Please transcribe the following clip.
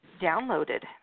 downloaded